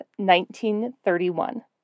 1931